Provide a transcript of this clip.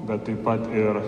bet taip pat ir